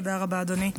תודה רבה, אדוני.